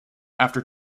after